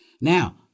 Now